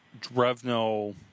Drevno